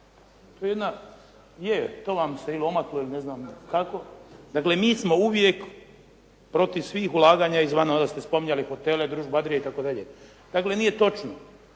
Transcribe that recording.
To je jedna, to vam se ili omaklo ili ne znam kako. Dakle mi smo uvijek protiv svih ulaganja izvana, ovdje ste spominjali hotele "Družba Adria" itd. Dakle nije točno,